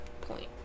point